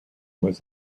was